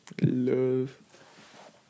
Love